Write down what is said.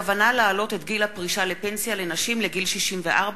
הכוונה להעלות את גיל הפרישה לפנסיה לנשים לגיל 64,